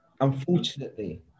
unfortunately